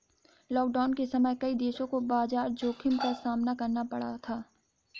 lockdown के समय कई देशों को बाजार जोखिम का सामना करना पड़ा था